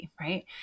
right